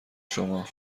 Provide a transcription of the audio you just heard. شما